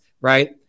right